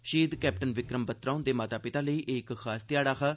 शहीद कैप्टन विक्रम बत्रा हुंदे माता पिता लेई एह् इक खास ध्याड़ा हा